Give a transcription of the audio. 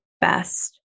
best